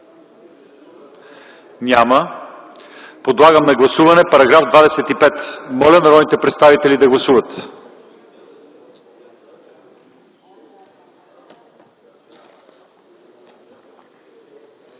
Няма. Подлагам на гласуване § 24. Моля народните представители да гласуват.